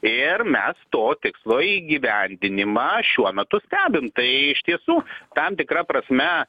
ir mes to tikslo įgyvendinimą šiuo metu stebim tai iš tiesų tam tikra prasme